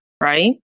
Right